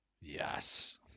Yes